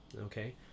Okay